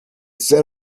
set